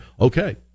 okay